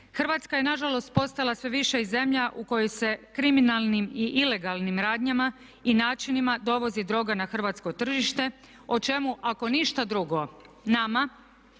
Hrvatska je nažalost postala sve više i zemlja u kojoj se kriminalnim i ilegalnim radnjama i načinima dovozi droga na hrvatsko tržište o čemu ako ništa drugo nama